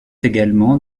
également